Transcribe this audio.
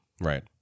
right